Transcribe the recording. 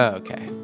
okay